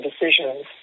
decisions